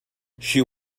she